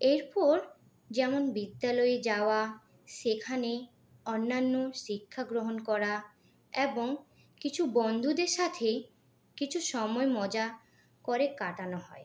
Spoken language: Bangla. এরপর যেমন বিদ্যালয়ে যাওয়া সেখানে অন্যান্য শিক্ষাগ্রহণ করা এবং কিছু বন্ধুদের সাথে কিছু সময় মজা করে কাটানো হয়